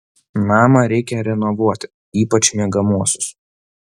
namą reikia renovuoti ypač miegamuosius